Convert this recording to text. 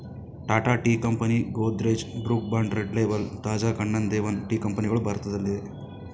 Tata tea company, Godrej, Brooke Bond Red Label, Taj Kannan Devan tea ಕಂಪನಿಗಳು ಭಾರತದಲ್ಲಿದೆ